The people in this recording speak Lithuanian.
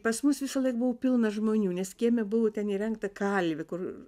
pas mus visąlaik buvo pilna žmonių nes kieme buvo ten įrengta kalvė kur